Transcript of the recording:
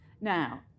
Now